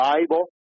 Bible